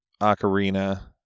Ocarina